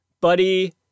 Buddy